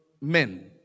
men